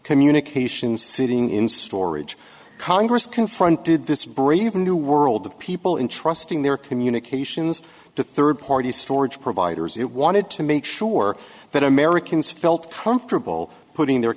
communications sitting in storage congress confronted this brave new world of people in trusting their communications to third party storage providers it wanted to make sure that americans felt comfortable putting their